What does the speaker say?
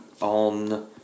on